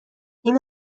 این